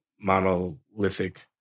monolithic